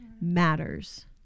matters